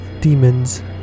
Demons